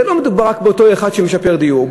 לא מדובר רק באותו אחד שמשפר דיור.